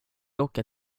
åka